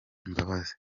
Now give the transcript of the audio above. imbabazi